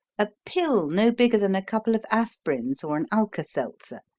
a pill no bigger than a couple of aspirins or an alka-seltzer.